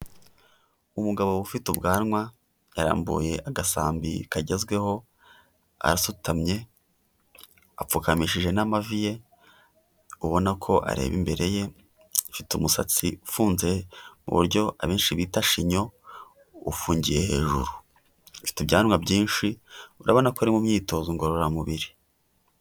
Umugabo ufite ubwanwa, yarambuye agasambi kagezweho asutamye, apfukamishije n'amavi ye, ubona ko areba imbere ye, afite umusatsi ufunze mu buryo abenshi bita shinyo, ufungiye hejuru, afite ibyanwa byinshi urabona ko ari mu myitozo ngororamubiri.